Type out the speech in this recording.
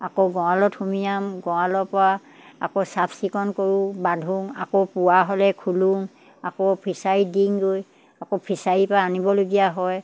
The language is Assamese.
আকৌ গড়ালত সুমিয়াম গড়ালৰপৰা আকৌ চাফচিকুণ কৰোঁ বান্ধোঁ আকৌ পুৱা হ'লে খোলোঁ আকৌ ফিছাৰীত দিংগৈ আকৌ ফিছাৰীৰপৰা আনিবলগীয়া হয়